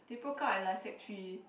they broke up at like sec three